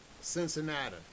Cincinnati